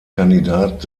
kandidat